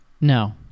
No